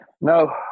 No